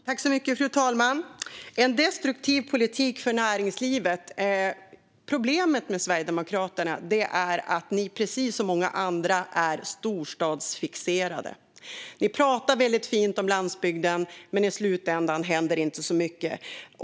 Fru talman! "En destruktiv politik för näringslivet." Problemet med Sverigedemokraterna är att ni precis som många andra är storstadsfixerade. Ni talar fint om landsbygden, men i slutänden händer det inte så mycket.